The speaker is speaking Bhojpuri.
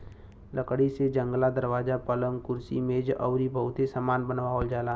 लकड़ी से जंगला, दरवाजा, पलंग, कुर्सी मेज अउरी बहुते सामान बनावल जाला